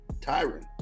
Tyron